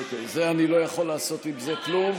זה, אני לא יכול לעשות עם זה כלום.